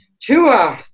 Tua